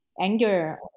Anger